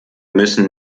müssen